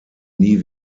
nie